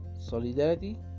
solidarity